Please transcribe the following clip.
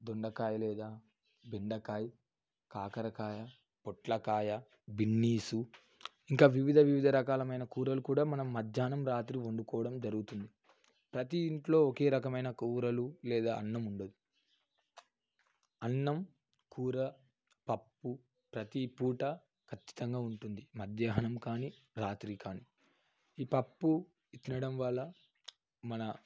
దొండకాయ లేదా బెండకాయ కాకరకాయ పొట్లకాయ బీన్స్ ఇంకా వివిధ వివిధ రకాలైన కూరలు కూడా మనం మధ్యాహ్నం రాత్రి వండుకోవడం జరుగుతుంది ప్రతి ఇంట్లో ఒకే రకమైన కూరలు లేదా అన్నం ఉండదు అన్నం కూర పప్పు ప్రతి పూట ఖచ్చితంగా ఉంటుంది మధ్యాహ్నం కానీ రాత్రి కానీ ఈ పప్పు తినడం వల్ల మన